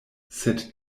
sed